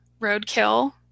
roadkill